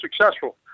successful